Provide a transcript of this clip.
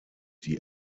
die